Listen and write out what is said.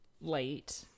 late